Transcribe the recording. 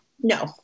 No